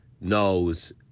knows